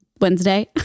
Wednesday